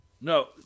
No